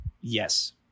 yes